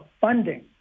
funding